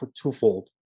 twofold